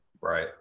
Right